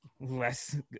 less